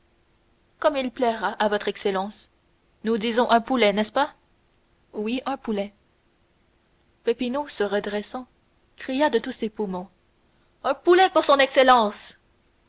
comme il plaira à votre excellence nous disons un poulet n'est-ce pas oui un poulet peppino se redressant cria de tous ses poumons un poulet pour son excellence